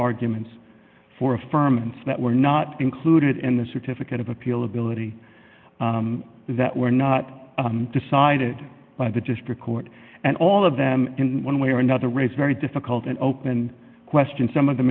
arguments for a firm that were not included in the certificate of appeal ability that were not decided by the just record and all of them in one way or another raise very difficult an open question some of them